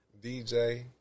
DJ